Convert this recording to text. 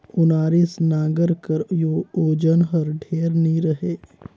ओनारी नांगर कर ओजन हर ढेर नी रहें